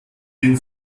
den